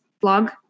Blog